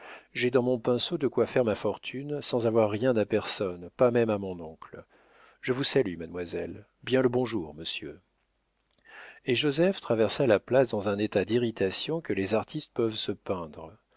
j'ai dans mon pinceau de quoi faire ma fortune sans avoir rien à personne pas même à mon oncle je vous salue mademoiselle bien le bonjour monsieur et joseph traversa la place dans un état d'irritation que les artistes peuvent se peindre